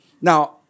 Now